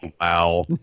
wow